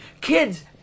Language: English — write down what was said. Kids